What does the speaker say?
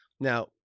Now